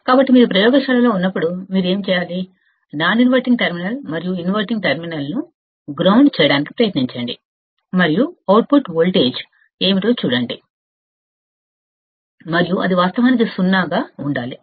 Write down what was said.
కాబట్టి మీరు ప్రయోగశాలలో ఉన్నప్పుడు మీరు ఏమి చేయాలి నాన్ ఇన్వర్టింగ్ టెర్మినల్ మరియు ఇన్వర్టింగ్ టెర్మినల్ ను గ్రౌండ్ చేయడానికి ప్రయత్నించండి మరియు అవుట్పుట్ వోల్టేజ్ Vo ఏమిటో చూడండి మరియు అది వాస్తవానికి సున్నా గా ఉండాలి